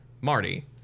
Marty